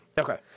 Okay